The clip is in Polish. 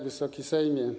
Wysoki Sejmie!